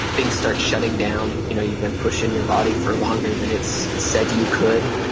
things start shutting down, you know you've been pushing your body for longer than it's said you could.